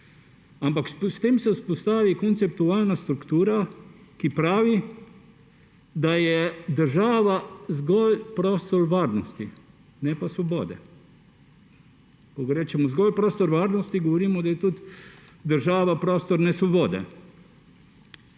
Ampak s tem se vzpostavi konceptualna struktura, ki pravi, da je država zgolj prostor varnosti, ne pa svobode. Ko rečemo zgolj prostor varnosti, govorimo, da je tudi država prostor nesvobode.